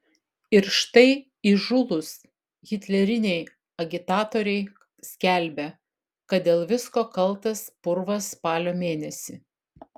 ir štai įžūlūs hitleriniai agitatoriai skelbia kad dėl visko kaltas purvas spalio mėnesį